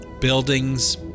buildings